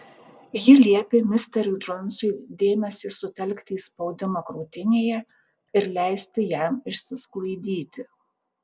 ji liepė misteriui džonsui dėmesį sutelkti į spaudimą krūtinėje ir leisti jam išsisklaidyti